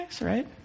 right